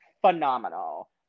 phenomenal